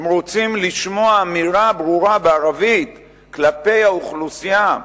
הם רוצים לשמוע אמירה ברורה בערבית כלפי האוכלוסייה,